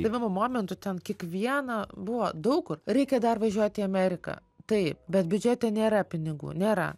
lemiamu momentu ten kiekvieną buvo daug kur reikia dar važiuoti į ameriką taip bet biudžete nėra pinigų nėra